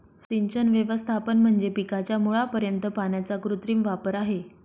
सिंचन व्यवस्थापन म्हणजे पिकाच्या मुळापर्यंत पाण्याचा कृत्रिम वापर आहे